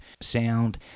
sound